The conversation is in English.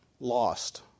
Lost